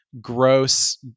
gross